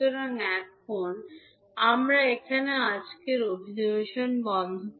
সুতরাং এখন আমরা এখানে আজকের অধিবেশন বন্ধ